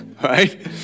Right